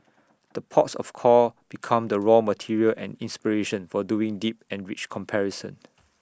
the ports of call become the raw material and inspiration for doing deep and rich comparison